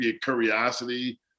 curiosity